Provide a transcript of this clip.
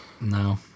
No